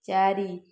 ଚାରି